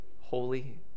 holy